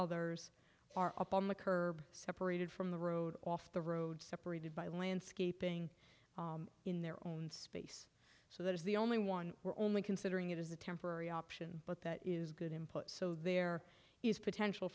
others are up on the curb separated from the road off the road separated by landscaping in their own space so that is the only one we're only considering it is a temporary option but that is good input so there is potential